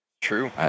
true